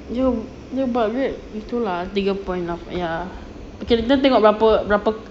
dia dia buat vid~ itu lah tiga point lapan ya kira dia tengok berapa